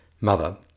Mother